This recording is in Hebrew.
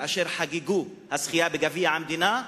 כאשר חגגו את הזכייה בגביע המדינה.